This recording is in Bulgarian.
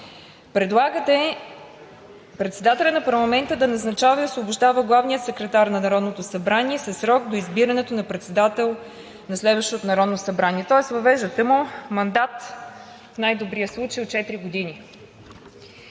предлагате председателят на парламента да назначава и освобождава главния секретар на Народното събрание със срок до избирането на председател на следващото Народно събрание, тоест въвеждате му мандат в най-добрия случай от 4 години.